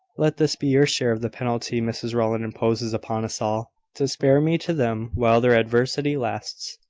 let this be your share of the penalty mrs rowland imposes upon us all to spare me to them while their adversity lasts.